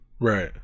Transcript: right